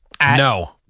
No